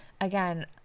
again